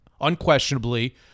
unquestionably